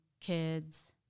kids